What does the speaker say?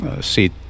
seat